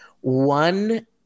one